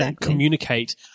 communicate